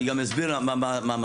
אני גם אסביר מה המטרה.